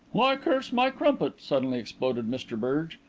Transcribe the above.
why, curse my crumpet, suddenly exploded mr berge,